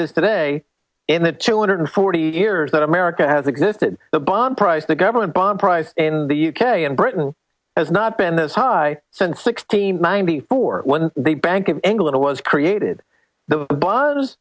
is today in the two hundred forty years that america has existed the bond price the government bond price in the u k and britain has not been this high sensex team ninety four when the bank of england was created the bars